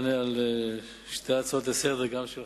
אני אענה על שתי הצעות לסדר-היום,